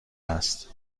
است